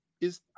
is-